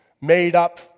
made-up